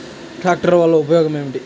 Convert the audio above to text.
ట్రాక్టర్ల వల్ల ఉపయోగం ఏమిటీ?